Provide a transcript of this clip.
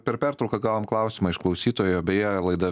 per pertrauką gavom klausimą iš klausytojo beje laida